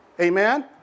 Amen